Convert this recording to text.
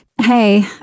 Hey